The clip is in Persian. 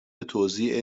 توزیع